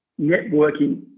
networking